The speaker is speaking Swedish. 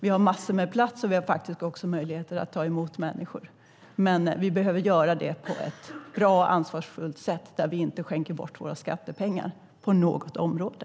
Vi har massor med plats, och vi har faktiskt också möjligheter att ta emot människor. Men vi behöver göra det på ett bra och ansvarsfullt sätt, där vi inte skänker bort våra skattepengar på något område.